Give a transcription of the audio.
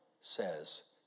says